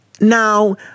Now